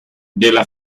della